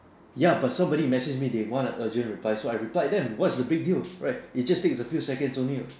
ya but somebody message me they want an urgent reply so I replied them what's your big deal right it just takes a few seconds only what